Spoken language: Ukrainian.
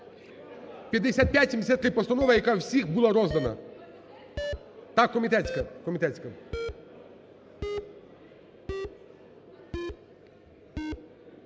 5573, постанова, яким всім була роздана, та комітетська…